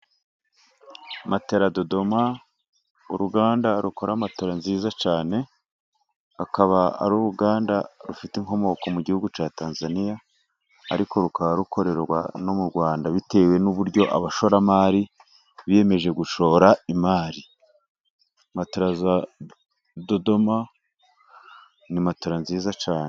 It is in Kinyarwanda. Matela Dodoma, uruganda rukora matela nziza cyane, akaba ari uruganda rufite inkomoko mu gihugu cya Tanzaniya, ariko rukaba rukorerwa no mu Rwanda bitewe n'uburyo abashoramari biyemeje gushora imari, matela za Dodoma ni matela nziza cyane.